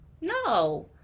No